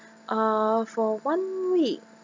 uh for one week